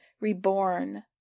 reborn